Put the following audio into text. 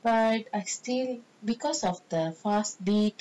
but I still because of the fast beat